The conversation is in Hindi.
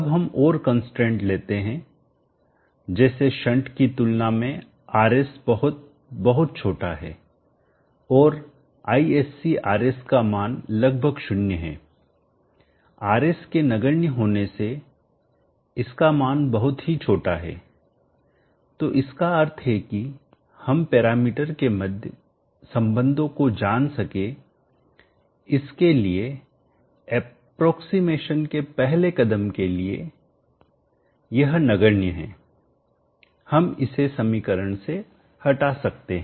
अब हम और कंस्ट्रेंट लेते हैं जैसे शंट की तुलना में Rs बहुत बहुत छोटा है और Isc Rs का मान लगभग शून्य हैRs के नगण्य होने से इसका मान बहुत ही छोटा है तो इसका अर्थ है कि हम पैरामीटर के मध्य संबंधों को जान सके इसके लिए एप्रोक्सीमेशन के पहले कदम के लिए यह नगण्य है हम इसे समीकरण से हटा सकते हैं